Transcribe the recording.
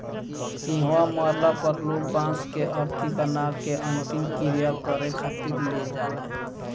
इहवा मरला पर लोग बांस के अरथी बना के अंतिम क्रिया करें खातिर ले जाले